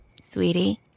Sweetie